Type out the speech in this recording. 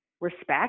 respect